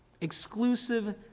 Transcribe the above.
exclusive